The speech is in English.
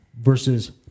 versus